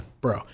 Bro